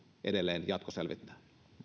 edelleen jatkoselvittää